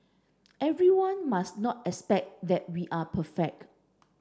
everyone must not expect that we are perfect